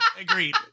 Agreed